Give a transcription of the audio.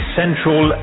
central